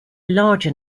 larger